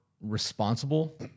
responsible